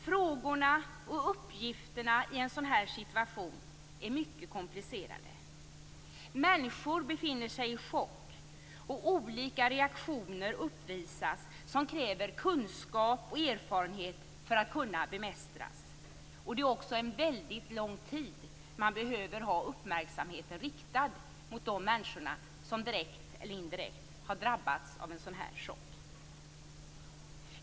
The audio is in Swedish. Frågorna och uppgifterna i en sådan situation är mycket komplicerade. Människor befinner sig i chock, och olika reaktioner uppvisas som kräver kunskap och erfarenhet för att kunna bemästras. Det är också under en väldigt lång tid som man behöver ha uppmärksamheten riktad mot de människor som direkt eller indirekt har drabbats av en sådan chock.